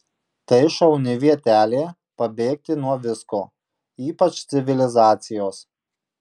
tai šauni vietelė pabėgti nuo visko ypač civilizacijos